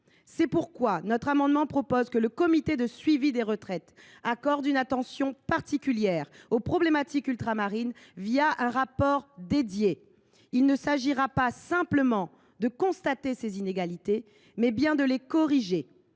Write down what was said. C’est pourquoi, par cet amendement, nous proposons que le comité de suivi des retraites accorde une attention particulière aux problématiques ultramarines, un rapport spécifique. Il s’agira non pas simplement de constater ces inégalités, mais bien de les corriger,